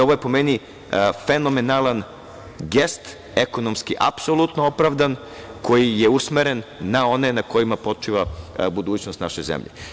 Ovo je po meni fenomenalan gest, ekonomski apsolutno opravdan koji je usmeren na one na kojima počiva budućnost naše zemlje.